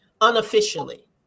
unofficially